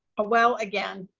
ah well again,